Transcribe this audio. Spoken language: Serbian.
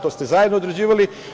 To ste zajedno određivali.